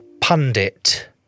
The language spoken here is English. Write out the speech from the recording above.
pundit